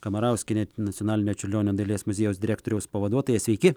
kamarauskienė nacionalinio čiurlionio dailės muziejaus direktoriaus pavaduotoja sveiki